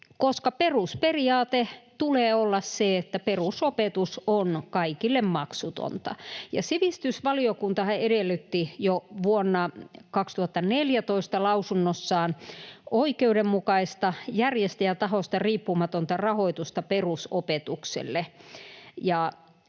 koska perusperiaatteena tulee olla se, että perusopetus on kaikille maksutonta. Sivistysvaliokuntahan edellytti jo vuonna 2014 lausunnossaan oikeudenmukaista, järjestäjätahosta riippumatonta rahoitusta perusopetukselle.